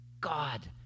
God